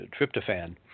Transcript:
tryptophan